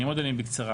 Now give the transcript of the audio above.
אני אעמוד עליהם בקצרה.